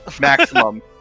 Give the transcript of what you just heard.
maximum